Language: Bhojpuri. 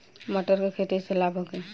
मटर के खेती से लाभ होखे?